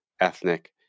ethnic